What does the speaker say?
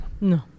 no